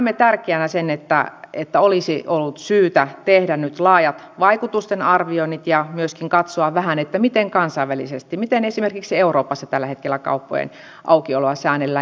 näemme tärkeänä sen että olisi ollut syytä tehdä nyt laajat vaikutusten arvioinnit ja myöskin katsoa vähän miten kansainvälisesti miten esimerkiksi euroopassa tällä hetkellä kauppojen aukioloa säännellään